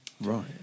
right